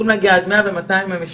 שיכולות להגיע עד 100 או 200 משתמשים.